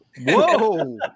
Whoa